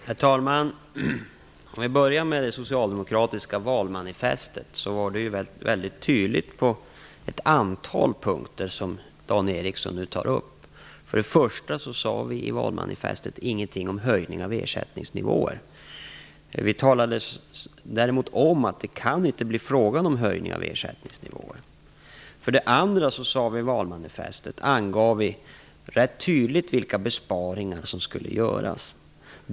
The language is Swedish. Herr talman! För att börja med det socialdemokratiska valmanifestet, så var det väldigt tydligt på ett antal av de punkter som Dan Ericsson nu tar upp. För det första sade vi i valmanifestet ingenting om höjning av ersättningsnivåer. Vi talade däremot om att det inte kunde bli fråga om höjning av ersättningsnivåer. För det andra angav vi i valmanifestet ganska tydligt vilka besparingar som skulle göras.